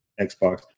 Xbox